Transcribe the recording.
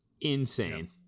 insane